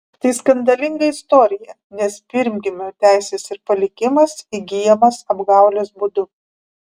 tai skandalinga istorija nes pirmgimio teisės ir palikimas įgyjamas apgaulės būdu